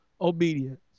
obedience